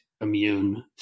immune